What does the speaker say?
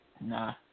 nah